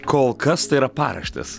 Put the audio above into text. kol kas tai yra paraštės